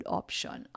option